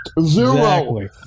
Zero